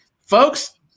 folks